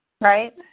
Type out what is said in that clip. Right